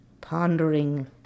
pondering